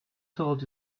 told